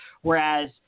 Whereas